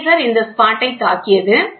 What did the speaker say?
laser இந்த ஸ்பாட்தாக்கியது